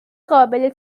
قابل